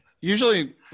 usually